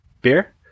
beer